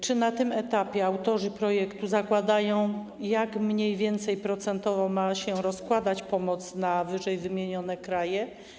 Czy na tym etapie autorzy projektu zakładają, jak mniej więcej procentowo ma się rozkładać pomoc, jeśli chodzi o ww. kraje?